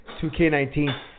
2K19